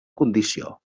condició